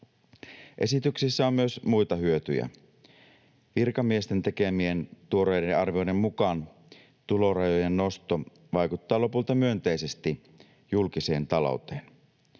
Esityksessä on myös muita hyötyjä. Virkamiesten tekemien tuoreiden arvioiden mukaan tulorajojen nosto vaikuttaa lopulta myönteisesti julkiseen talouteen.